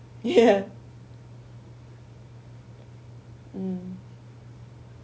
ya mm